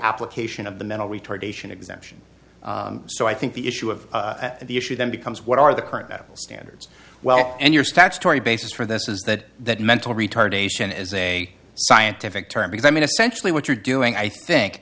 application of the mental retardation exemption so i think the issue of the issue then becomes what are the current levels well and your statutory basis for this is that that mental retardation is a scientific term because i mean essentially what you're doing i think